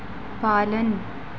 पालन